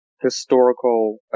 historical